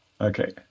Okay